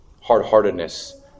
hard-heartedness